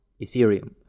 Ethereum